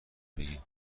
بگین